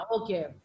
Okay